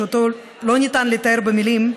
שאותו לא ניתן לתאר במילים,